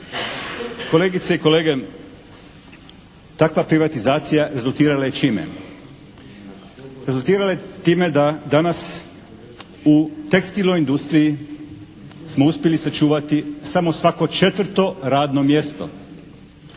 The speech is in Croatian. Kolegice i kolege! Takva privatizacija rezultirala je čime? Rezultirala je time da danas u tekstilnoj industriji smo uspjeli sačuvati samo svako četvrto radno mjesto.